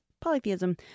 polytheism